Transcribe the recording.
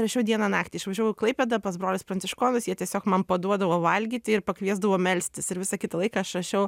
rašiau dieną naktį išvažiavau į klaipėdą pas brolius pranciškonus jie tiesiog man paduodavo valgyti ir pakviesdavo melstis ir visą kitą laiką aš rašiau